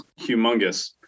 humongous